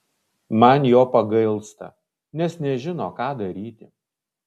man jo pagailsta nes nežino ką daryti